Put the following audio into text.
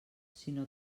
sinó